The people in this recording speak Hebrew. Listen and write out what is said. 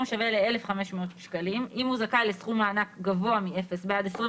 השווה ל-1,500 ₪ אם הוא זכאי לסכום מענק גבוה מאפס בעד 25